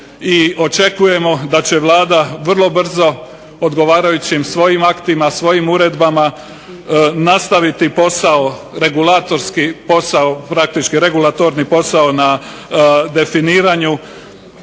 očekujemo da će Vlada vrlo brzo odgovarajućim aktima, svojim uredbama nastaviti posao, regulatorski posao praktički regulatorni posao na definiranju